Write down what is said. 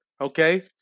Okay